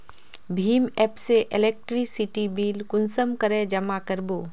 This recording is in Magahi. भीम एप से इलेक्ट्रिसिटी बिल कुंसम करे जमा कर बो?